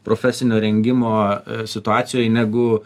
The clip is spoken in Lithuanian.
profesinio rengimo situacijoj negu